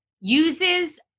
uses